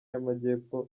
y’amajyepfo